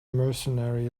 mercenary